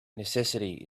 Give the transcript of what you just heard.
necessity